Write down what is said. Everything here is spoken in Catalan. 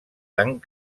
tant